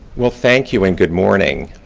well thank you and good morning.